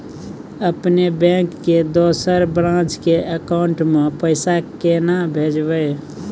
अपने बैंक के दोसर ब्रांच के अकाउंट म पैसा केना भेजबै?